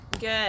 Good